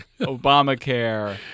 Obamacare